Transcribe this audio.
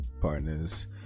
partners